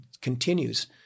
continues